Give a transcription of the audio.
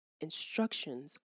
instructions